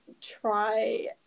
try